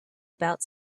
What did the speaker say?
about